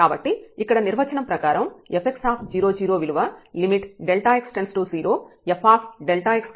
కాబట్టి ఇక్కడ నిర్వచనం ప్రకారం fx00 విలువ Δx→0fx0 f00x అవుతుంది